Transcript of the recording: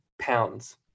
pounds